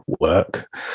work